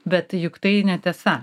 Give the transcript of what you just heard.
bet juk tai netiesa